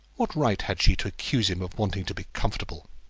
what right had she to accuse him of wanting to be comfortable?